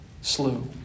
slew